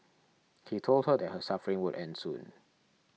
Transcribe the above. he told her that her suffering would end soon